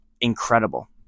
incredible